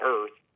Earth